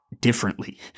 differently